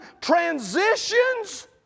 transitions